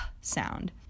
sound